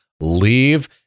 leave